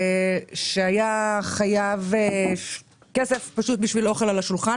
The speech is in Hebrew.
שהיה חייב כסף בשביל אוכל על השולחן.